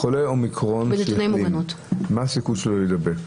חולה אומיקרון שהחלים, מה הסיכוי שלו להידבק?